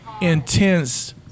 intense